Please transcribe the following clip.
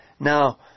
Now